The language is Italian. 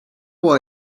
può